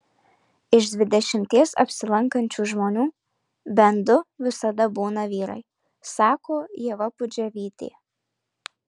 iš dvidešimties apsilankančių žmonių bent du visada būna vyrai sako ieva pudževytė